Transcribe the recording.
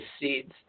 seeds